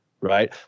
right